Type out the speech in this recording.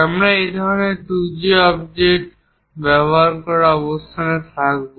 আমরা এই ধরণের 2D অবজেক্ট তৈরি করার অবস্থানে থাকব